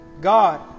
God